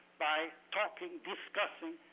by talking, discussing,